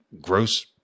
gross